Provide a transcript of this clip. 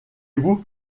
vous